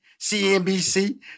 CNBC